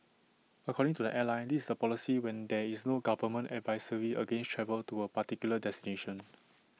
according to the airline this is the policy when there is no government advisory against travel to A particular destination